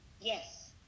Yes